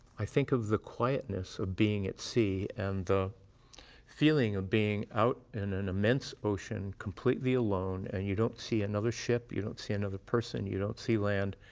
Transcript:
i think of the quietness of being at sea, and the feeling of being out in an immense ocean, completely alone, and you don't see another ship, you don't see another person, you don't see land,